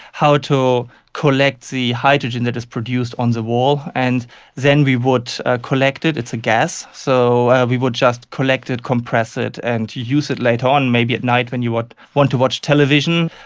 how to collect the hydrogen that is produced on the wall, and then we would ah collect it, it's a gas, so we would just collect it, compress it and use it later on, maybe at night when you want to watch television,